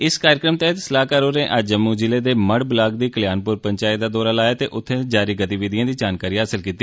इस कार्यक्रम तैहत सलाहकार होरें अज्ज जम्मू जिले दे मढ़ ब्लाक दी कल्याणपुर पंचायत दा दौरा लाया ते उत्थे जारी गतिविधियें दी जानकारी हासल कीती